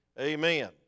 amen